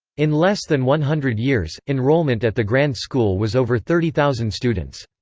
in less than one hundred years, enrollment at the grand school was over thirty thousand students.